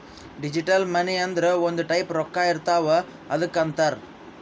digital money ಅಂದುರ್ ಒಂದ್ type ರೊಕ್ಕಾ ಇರ್ತಾವ್ ಅದ್ದುಕ್ ಅಂತಾರ್